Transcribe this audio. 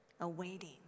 awaiting